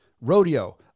rodeo